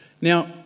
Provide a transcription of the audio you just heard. Now